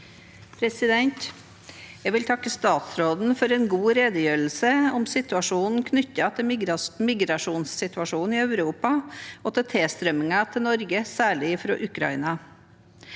Jeg vil takke statsråden for en god redegjørelse om situasjonen knyttet til migrasjonen i Europa og tilstrømmingen til Norge, særlig fra Ukraina.